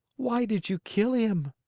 why did you kill him?